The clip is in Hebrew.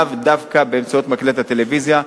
לאו דווקא באמצעות מקלט הטלוויזיה,